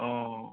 অঁ